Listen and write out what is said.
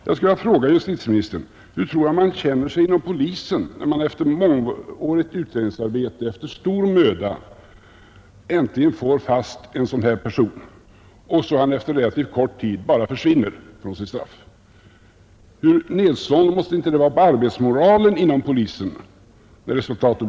Jag skulle vilja fråga justitieministern om hur han tror att man känner sig inom polisen, när man efter mångårigt utredningsarbete och stor möda äntligen får fast en person och denne efter kort tid bara försvinner från sitt straff? Hur nedslående måste inte ett sådant resultat vara på polisens arbetsmoral!